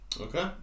Okay